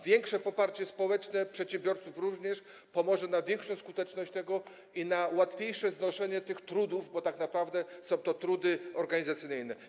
Większe poparcie społeczne, również przedsiębiorców, przełoży się na większą skuteczność tego i na łatwiejsze znoszenie tych trudów, bo tak naprawdę są to trudy organizacyjne.